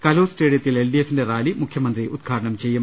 കലൂർ സ്റ്റേഡിയ ത്തിൽ എൽ ഡി എഫിന്റെ റാലി മുഖ്യമന്ത്രി ഉദ്ഘാടനം ചെയ്യും